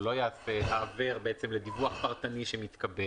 הוא לא יעשה "העבר" בעצם לדיווח פרטני שהתקבל